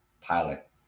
pilot